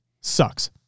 sucks